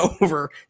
over